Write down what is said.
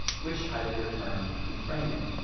which heidegger termed enframing.